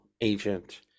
agent